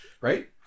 Right